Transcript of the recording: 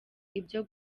ibyo